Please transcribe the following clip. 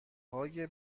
های